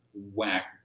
Whack